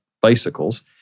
bicycles